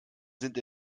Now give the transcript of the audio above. sind